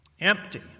Empty